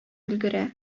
өлгерә